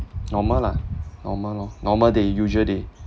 normal lah normal lor normal day usual day